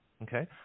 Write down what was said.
Okay